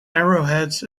arrowheads